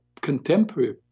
contemporary